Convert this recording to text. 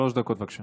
שלוש דקות, בבקשה.